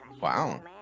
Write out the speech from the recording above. Wow